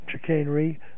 chicanery